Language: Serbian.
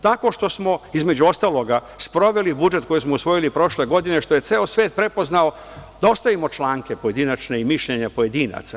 Tako što smo između ostalog sproveli budžet koji smo usvojili prošle godine, što je ceo svet prepoznao, da ostavimo članke pojedinačne i mišljenja pojedinaca.